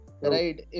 right